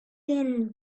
thin